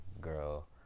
girl